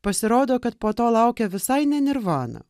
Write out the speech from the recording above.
pasirodo kad po to laukia visai ne nirvana